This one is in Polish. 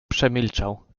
przemilczał